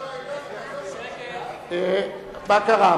מה קרה?